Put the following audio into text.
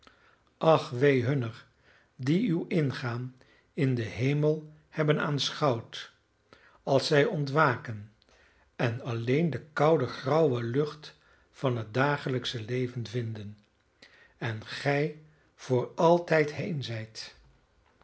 wee hunner die uw ingaan in den hemel hebben aanschouwd als zij ontwaken en alleen de koude grauwe lucht van het dagelijksche leven vinden en gij voor altijd heen zijt